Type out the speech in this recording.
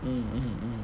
mm mm mm